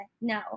no